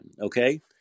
Okay